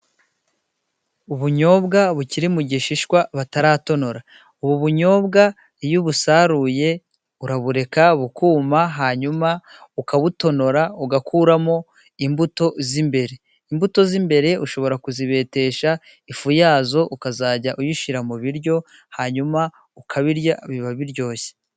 Ubunyobwa bukiri mu gishishwa bataratonora, ubu bunyobwa iyo ubusaruye urabureka bukuma, hanyuma ukabutonora ugakuramo imbuto z'imbere. Imbuto z'imbere ushobora kuzibetesha, ifu yazo ukazajya uzishyira mu biryo hanyuma ukabirya biba biryoshye.